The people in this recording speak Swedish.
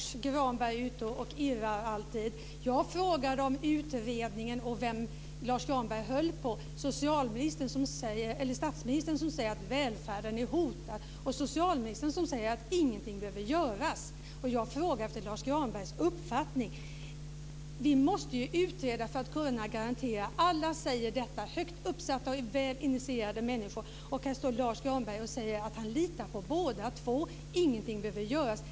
Herr talman! Nu är väl Lars Granberg ute och irrar. Jag frågade om utredningen och om vem Lars Granberg höll på, statsministern som säger att välfärden är hotad eller socialministern som säger att ingenting behöver göras. Jag frågade efter Lars Granbergs uppfattning. Vi måste ju utreda för att kunna garantera detta. Alla säger det, högt uppsatta och väl initierade människor. Och här står Lars Granberg och säger att han litar på båda två. Ingenting behöver göras.